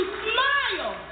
smile